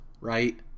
right